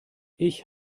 ich